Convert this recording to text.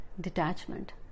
detachment